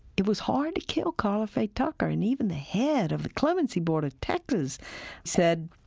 it was hard to kill karla faye tucker, and even the head of the clemency board of texas said,